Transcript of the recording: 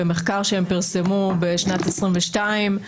במחקר שהם פרסמו בשנת 2022,